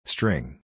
String